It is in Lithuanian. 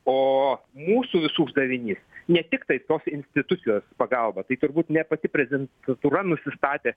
o mūsų visų uždavinys ne tiktai tos institucijos pagalba tai turbūt ne pati prezid dentatūra nusistatė